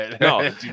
No